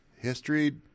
history